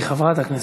חברת הכנסת,